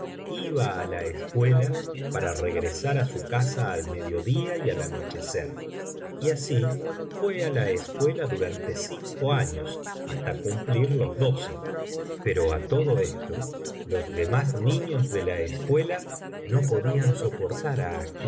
iba á la escuela para regrosar á su casa al mediodía y al anochecer y asi fué á la es cuela durante cinco años hasta cumplir los doce pero á todo esto los demás niños de la escuela no podían soportar á